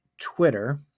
Twitter